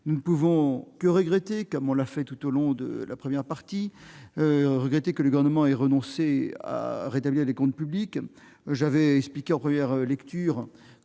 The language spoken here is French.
nous ne pouvons que regretter, comme nous l'avons fait tout au long de la première partie, que le Gouvernement ait renoncé à redresser les comptes publics. J'avais expliqué, en première lecture,